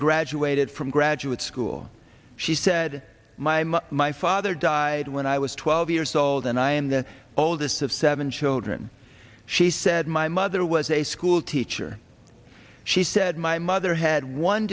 graduated from graduate school she said my mother my father died when i was twelve years old and i am the oldest of seven children she said my mother was a school teacher she said my mother had one